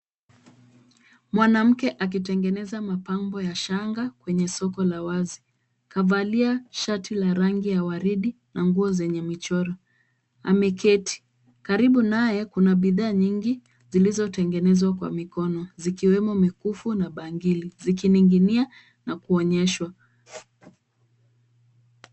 Mwanamke akitengeneza mapambo ya shanga kwenye soko la wazi. Kavalia shati la rangi ya waridi na nguo zenye michoro, ameketi. Karibu naye kuna bidhaa nyingi zilizotengenezwa kwa mikono zikiwemo mikufu na bangili zikining'inia na kuonyeshwa.